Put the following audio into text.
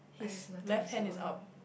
I have nothing to say about him